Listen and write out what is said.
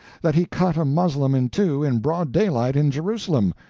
that he cut a moslem in two in broad daylight in jerusalem,